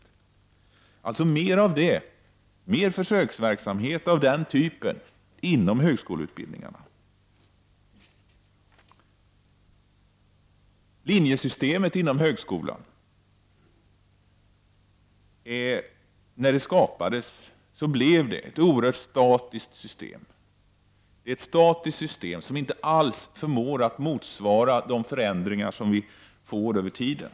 Vi vill alltså ha mer av den typen av försöksverksamhet inom högskoleutbildningarna. Linjesystemet inom högskolan blev, när det skapades, ett oerhört statiskt system som inte alls förmår att motsvara de förändringar som vi får över ti den.